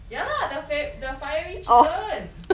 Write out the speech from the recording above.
ya lah the fe~ the fiery chicken